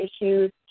issues